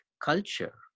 culture